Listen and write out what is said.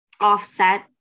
offset